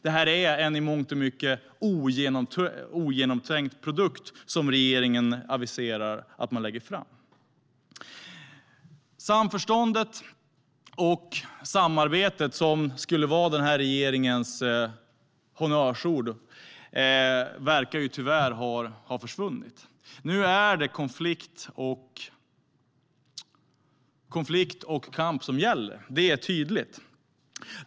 Det är en i mångt och mycket ogenomtänkt produkt som regeringen aviserar att den ska lägga fram. Samförståndet och samarbetet, som skulle vara regeringens honnörsord, verkar tyvärr ha försvunnit. Nu är det konflikt och kamp som gäller. Det är tydligt.